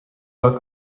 luck